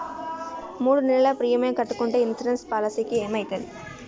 మూడు నెలలు ప్రీమియం కట్టకుంటే ఇన్సూరెన్స్ పాలసీకి ఏమైతది?